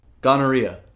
Gonorrhea